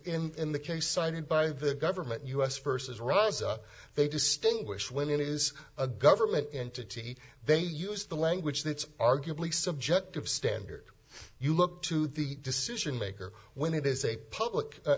in the case cited by the government us versus ross they distinguish when it is a government entity they use the language that's arguably subjective standard you look to the decision maker when it is a public